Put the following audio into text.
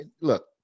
Look